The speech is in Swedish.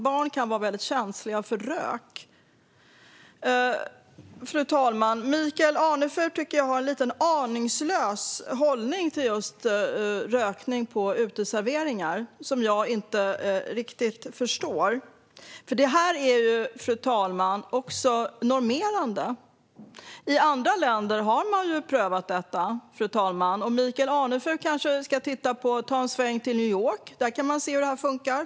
Barn kan vara väldigt känsliga för rök. Fru talman! Jag tycker att Michael Anefur har en lite aningslös hållning till just rökning på uteserveringar som jag inte riktigt förstår. Det här är nämligen också normerande, fru talman. I andra länder har man prövat detta. Michael Anefur kanske ska ta en sväng till New York för att se hur det fungerar.